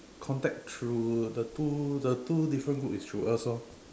contact through the two the two different groups is through us orh